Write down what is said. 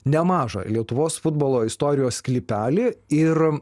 nemažą lietuvos futbolo istorijos sklypelį ir